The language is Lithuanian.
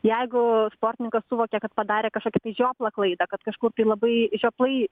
jeigu sportininkas suvokia kad padarė kažkokį tai žioplą klaidą kad kažkur tai labai žioplai